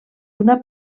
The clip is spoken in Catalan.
una